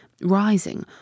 rising